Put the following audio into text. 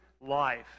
life